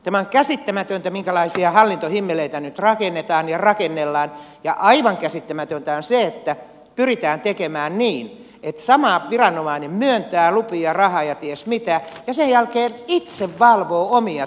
tämä on käsittämätöntä minkälaisia hallintohimmeleitä nyt rakennetaan ja rakennellaan ja aivan käsittämätöntä on se että pyritään tekemään niin että sama viranomainen myöntää lupia rahaa ja ties mitä ja sen jälkeen itse valvoo omia tekemisiään